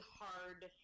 hard